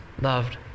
loved